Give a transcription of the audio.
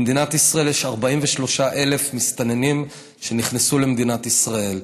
במדינת ישראל יש 43,000 מסתננים שנכנסו למדינת ישראל.